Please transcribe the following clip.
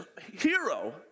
hero